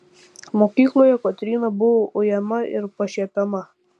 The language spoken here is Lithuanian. mokykloje kotryna buvo ujama ir pašiepiama